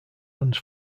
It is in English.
runs